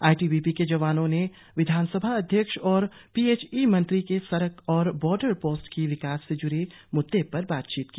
ITBP के जवानों ने विधानसभा अध्यक्ष और पीएचई मंत्री से सड़क और बॉडर पोस्ट के विकास से जूड़े मुद्दे पर बातचीत की